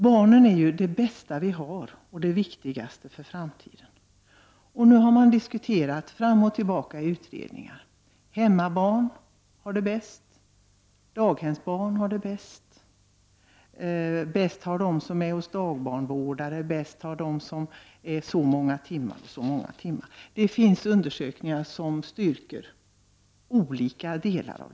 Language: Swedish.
Barnen är ju det bästa vi har och det viktigaste för framtiden. Det har diskuterats fram och tillbaka i utredningar vilka som har det bäst — är det hemmabarn, är det daghemsbarn eller är det de som är hos dagbarnvårdare? Är det bäst att barnen är på daghemmet si eller så många timmar? Är det bäst att vara hos mamma hela dagen?